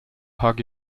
hug